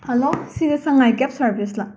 hello ꯁꯤꯁꯦ Sangai cab ꯁꯔꯕꯤꯁꯂꯥ